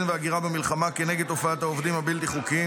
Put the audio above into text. וההגירה במלחמה כנגד תופעת העובדים הבלתי-חוקיים,